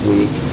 Week